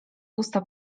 usta